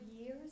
years